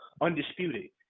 undisputed